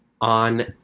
on